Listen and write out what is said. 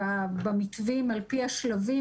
במתווים על פי השלבים,